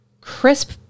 crisp